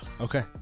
Okay